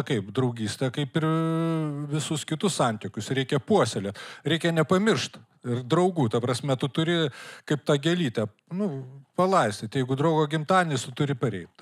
kaip draugystė kaip ir visus kitus santykius reikia puoselėt reikia nepamiršt draugų ta prasme tu turi kaip tą gėlytę nu palaistyt jeigu draugo gimtadienis turi pareit